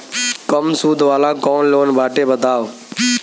कम सूद वाला कौन लोन बाटे बताव?